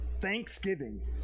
thanksgiving